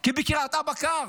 כי בקריית ארבע קר,